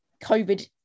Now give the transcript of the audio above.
covid